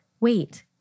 wait